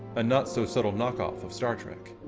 a not-so-subtle knockoff of star trek.